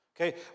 okay